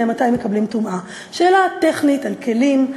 מאימתי מקבלין טומאה?"; שאלה טכנית על כלים,